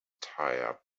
tire